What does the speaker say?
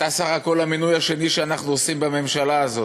אתה סך-הכול המינוי השני שאנחנו עושים בממשלה הזאת.